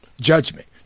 judgment